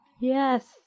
Yes